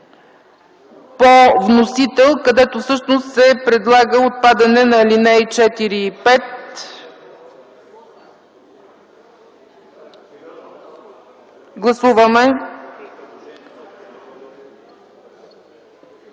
по вносител, където всъщност се предлага отпадане на алинеи 4 и 5. Гласуваме.